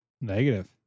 Negative